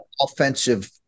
offensive